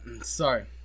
sorry